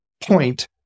point